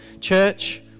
Church